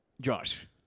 Josh